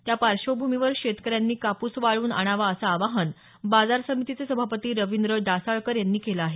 त्या पार्श्वभूमीवर शेतकऱ्यांनी कापूस वाळवून आणावा असं आवाहन बाजार समितीचे सभापती रविंद्र डासाळकर यांनी केलं आहे